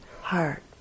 heart